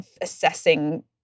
assessing